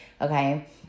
Okay